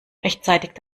rechtzeitig